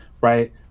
right